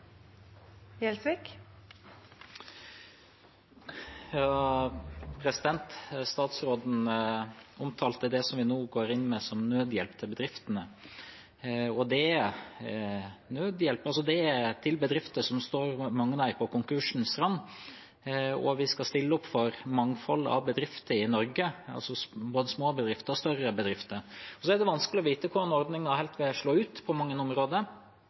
nødhjelp. Det er til bedrifter som – mange av dem – står på konkursens rand. Vi skal stille opp for mangfoldet av bedrifter i Norge, både små bedrifter og større bedrifter. Det er vanskelig å vite hvordan ordningen vil slå ut på mange områder,